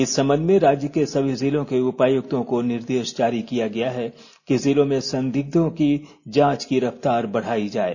इस संबंध में राज्य के सभी जिलों के उपायुक्तों को निर्देश जारी किया गया है कि जिलों में संदिग्धों की जांच की रफ्तार बढ़ाई जाये